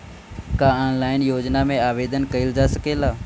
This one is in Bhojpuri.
का ऑनलाइन योजना में आवेदन कईल जा सकेला?